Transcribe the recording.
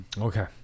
Okay